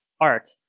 art